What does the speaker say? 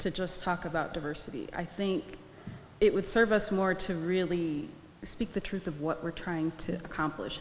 to just talk about diversity i think it would serve us more to really speak the truth of what we're trying to accomplish